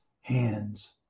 hands